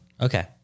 Okay